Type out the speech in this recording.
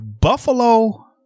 buffalo